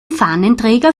fahnenträger